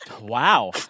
Wow